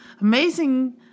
amazing